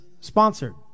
sponsored